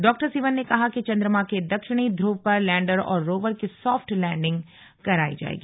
doctor Sivan ने कहा कि चंद्रमा के दक्षिणी ध्रुव पर लैंडर और रोवर की सॉफ्ट लैंडिंग कराई जायेगी